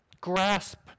grasp